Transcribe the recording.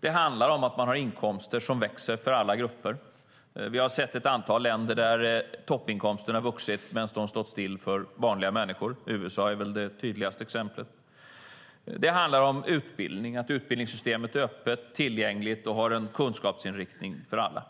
Det handlar om att man har inkomster som växer för alla grupper. Vi har sett ett antal länder där toppinkomsterna vuxit men stått stilla för vanliga människor. USA är väl det tydligaste exemplet. Det handlar om utbildning, att utbildningssystemet är öppet, är tillgängligt och har en kunskapsinriktning för alla.